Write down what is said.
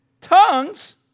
tongues